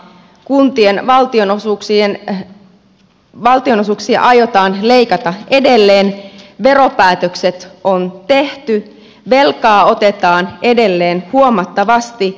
kuntien valtionosuuksia aiotaan leikata edelleen veropäätökset on tehty velkaa otetaan edelleen huomattavasti